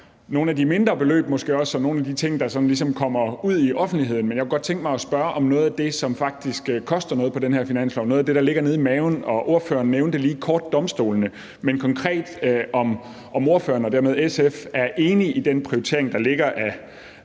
nogle af de ting, der sådan ligesom kommer ud i offentligheden. Men jeg kunne godt tænke mig at spørge om noget af det, som faktisk koster noget i den her finanslov, noget af det, der ligger nede i maven, og ordføreren nævnte lige kort domstolene, og det er konkret, om ordføreren og dermed SF er enige i den prioritering, der ligger i